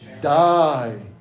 die